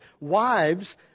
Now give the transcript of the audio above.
wives